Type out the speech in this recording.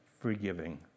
forgiving